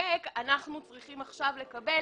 לחוקק אנחנו צריכים עכשיו לקבל